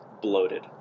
Bloated